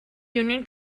union